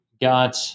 got